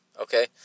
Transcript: Okay